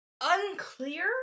unclear